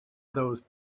those